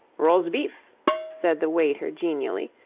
rosbif, said the waiter genially,